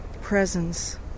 presence